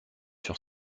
sur